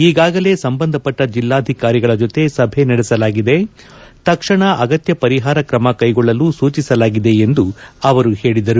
ಈಗಾಗಲೇ ಸಂಬಂಧಪಟ್ಟ ಜಿಲ್ಲಾಧಿಕಾರಿಗಳ ಜೊತೆ ಸಭೆ ನಡೆಸಲಾಗಿದೆ ತಕ್ಷಣ ಅಗತ್ನ ಪರಿಹಾರ ಕ್ರಮ ಕೈಕೊಳ್ಳಲು ಸೂಚಿಸಲಾಗಿದೆ ಎಂದು ಅವರು ಹೇಳಿದರು